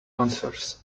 answers